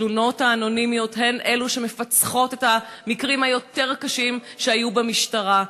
התלונות האנונימיות הן שמפצחות את המקרים היותר-קשים שהיו במשטרה.